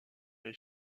les